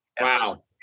Wow